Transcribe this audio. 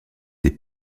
des